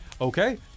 Okay